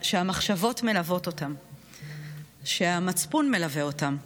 שהמחשבות מלוות אותם, שהמצפון מלווה אותם.